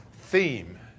theme